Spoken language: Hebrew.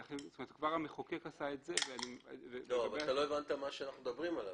כבר המחוקק עשה את זה ו- -- אבל לא הבנת מה שאנחנו מדברים עליו.